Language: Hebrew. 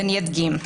ואני אדגים.